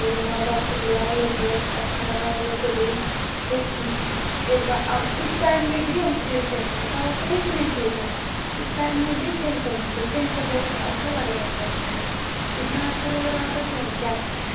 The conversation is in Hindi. मेरे माँ बाप को बुलाया लोग बहुत अच्छा लगा उन लोग को भी फिर एक बार अब इस टाइम में भी हम खेलते हैं ऐसा बात नहीं है कि नहीं खेलते हैं इस टाइम में भी खेलते हैं खेलते हैं तो बहुत अच्छा लग रहा था उस टाइम इतना अच्छा लग रहा था कि हम क्या बताएँ